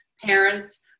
parents